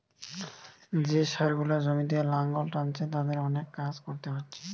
যে ষাঁড় গুলা জমিতে লাঙ্গল টানছে তাদের অনেক কাজ কোরতে হচ্ছে